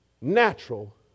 natural